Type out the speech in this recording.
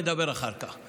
נדבר אחר כך.